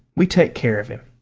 we take care of him.